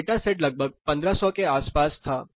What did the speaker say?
तो data set लगभग 1500 के आसपास था